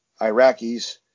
Iraqis